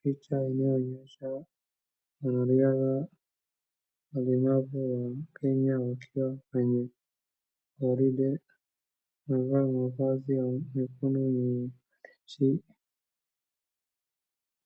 Picha inayoonyesha wanariadha walemavu wa Kenya wakiwa kwenye gwaride wamevaa mavazi nyekundu na nyeusi ya